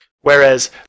Whereas